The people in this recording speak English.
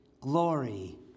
Glory